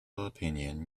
opinion